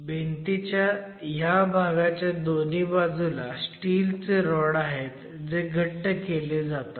भिंतीच्या ह्या भागाच्या दोन्ही बाजूला स्टील चे रॉड आहेत जे घट्ट केले जातात